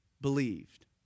believed